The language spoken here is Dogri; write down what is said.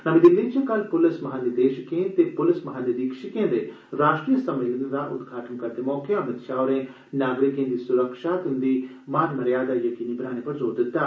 नमीं दिल्ली च कल पुलस महानिदेशकें ते पुलस महानिरीक्षकें दे राश्ट्रीय सम्मेलनै दा उद्घाटन करदे मौका अमित शाह होरें नागरिकें दी सुरक्षा ते उंदी मानमर्यादा जकीनी बनाने पर जोर दित्ता